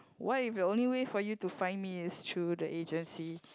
what if the only way for you to find me is through the agency